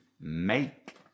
make